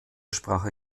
sprache